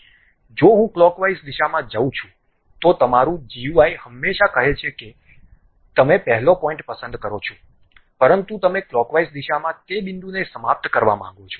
જો હું ક્લોકવાઇઝ દિશામાં જઉં છું તો તમારું GUI હંમેશાં કહે છે કે તમે પહેલો પોઇન્ટ પસંદ કરો છો પરંતુ તમે ક્લોકવાઇઝ દિશામાં તે બિંદુને સમાપ્ત કરવા માંગો છો